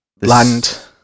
Land